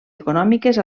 econòmiques